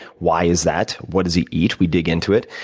why is that? what does he eat? we dig into it.